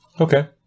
Okay